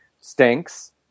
stinks